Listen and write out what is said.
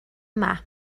yma